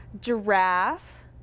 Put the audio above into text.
giraffe